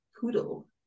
poodle